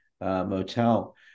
motel